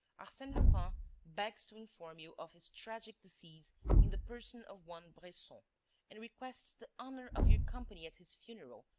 arsene lupin begs to inform you of his tragic decease in the person of one bresson and requests the honour of your company at his funeral,